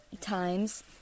times